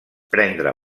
prendre